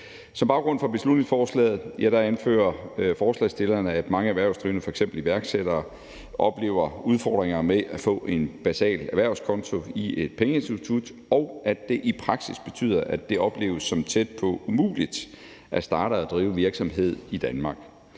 Som baggrund for beslutningsforslaget anfører forslagsstillerne, at mange erhvervsdrivende, f.eks. iværksættere, oplever udfordringer med at få en basal erhvervskonto i et pengeinstitut, og at det i praksis betyder, at det opleves som tæt på umuligt at starte og drive virksomhed i Danmark.